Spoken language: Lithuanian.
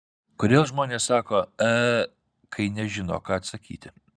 kodėl žmonės sako e kai nežino ką atsakyti